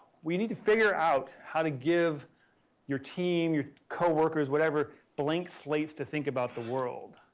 we need to figure out how to give your team, your co-workers, whatever, blank slates to think about the world.